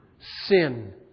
sin